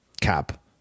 cap